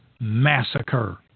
Massacre